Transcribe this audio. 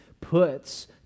puts